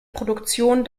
produktion